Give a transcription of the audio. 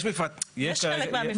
יש חלק מהמפרטים.